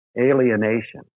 alienation